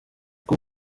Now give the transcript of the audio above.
uko